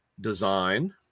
design